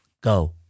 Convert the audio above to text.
Go